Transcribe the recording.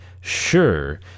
sure